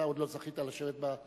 אתה עוד לא זכית לשבת באופוזיציה,